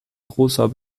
großer